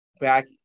back